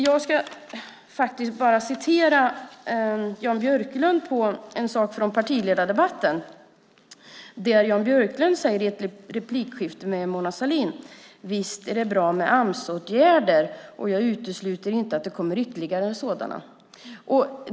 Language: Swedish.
Jag ska bara citera Jan Björklund i ett replikskifte med Mona Sahlin i partiledardebatten: "Visst är det bra med Amsåtgärder, och jag utesluter inte att det kommer ytterligare sådana."